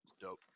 Dope